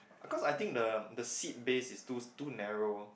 cause I think the the seat base is too too narrow